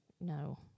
No